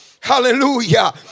hallelujah